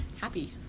happy